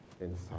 inside